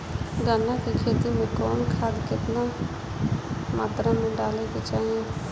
गन्ना के खेती में कवन खाद केतना मात्रा में डाले के चाही?